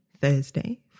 Thursday